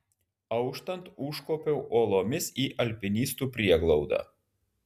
auštant užkopiau uolomis į alpinistų prieglaudą